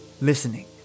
listening